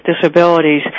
disabilities